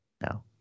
no